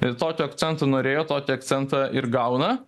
ir tokio akcento norėjo tokį akcentą ir gauna